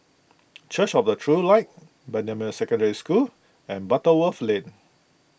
Church of the True Light Bendemeer Secondary School and Butterworth Lane